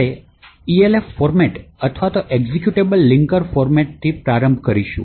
આપણે Elf format અથવા executable linker ફોર્મેટથી પ્રારંભ કરીશું